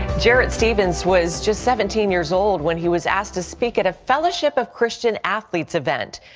jared stevens was just seventeen years old when he was asked to speak at a fellowship of christian athletes event.